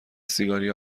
سیگاری